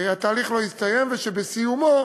שהתהליך לא הסתיים ושבסיומו